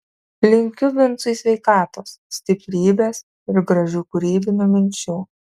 linkiu vincui sveikatos stiprybės ir gražių kūrybinių minčių